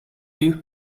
you